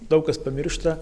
daug kas pamiršta